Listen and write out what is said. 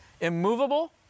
immovable